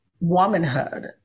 womanhood